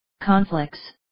conflicts